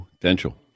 Potential